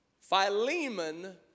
Philemon